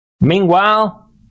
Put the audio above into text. Meanwhile